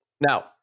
Now